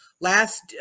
last